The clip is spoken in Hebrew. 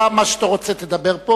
אתה תדבר מה שאתה רוצה,